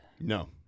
No